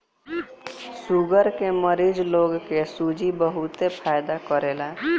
sugar के मरीज लोग के सूजी बहुते फायदा करेला